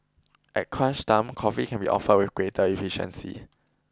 at crunch time coffee can be offered with greater efficiency